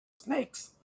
Snakes